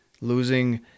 Losing